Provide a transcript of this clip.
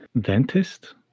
Dentist